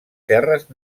terres